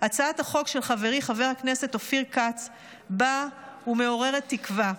הצעת החוק של חברי חבר הכנסת אופיר כץ באה ומעוררת תקווה.